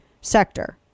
sector